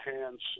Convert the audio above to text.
hands